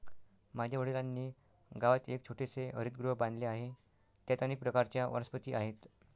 माझ्या वडिलांनी गावात एक छोटेसे हरितगृह बांधले आहे, त्यात अनेक प्रकारच्या वनस्पती आहेत